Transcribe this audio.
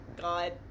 god